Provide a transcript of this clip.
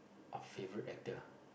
a favourite actor